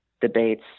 debates